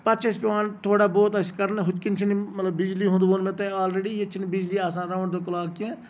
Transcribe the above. پَتہٕ چھُ اَسہِ پیوان تھوڑا بہت اَسہِ کَرن ہُتہٕ کَنۍ چھِنہٕ یِم مطلب بِجلی ہُند ووٚن مےٚ تۄہہِ اولریڈی ییٚتہِ چھِنہٕ بِجلی آسان راوُنڈ دَ کٔلاک کیٚنٛہہ